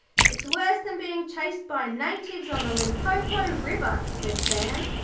it's worse than being chased by natives on the limpopo river said sam.